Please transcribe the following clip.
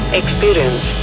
experience